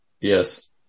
Yes